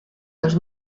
dos